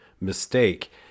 mistake